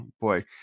boy